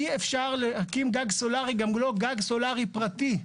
אי אפשר להקים גג סולארי, גם לא גג סולארי פרטי.